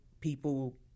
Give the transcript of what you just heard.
people